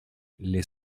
les